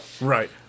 Right